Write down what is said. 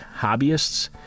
hobbyists